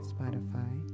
Spotify